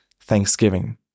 thanksgiving